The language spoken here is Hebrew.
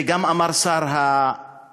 את זה אמר שר האוצר.